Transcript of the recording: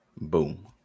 Boom